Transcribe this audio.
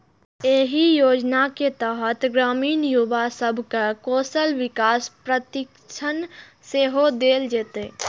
एहि योजनाक तहत ग्रामीण युवा सब कें कौशल विकास प्रशिक्षण सेहो देल जेतै